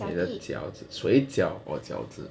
你的饺子水饺 or 饺子